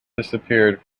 disappeared